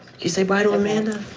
you say bye to amanda?